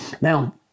Now